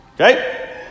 Okay